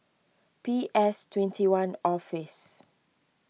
P S twenty one Office